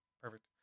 Perfect